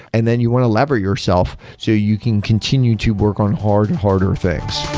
and then you want to lever yourself so you can continue to work on harder, harder things.